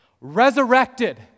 resurrected